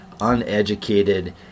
uneducated